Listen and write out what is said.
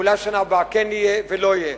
ואולי בשנה הבאה כן יהיה או לא יהיה?